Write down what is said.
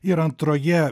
ir antroje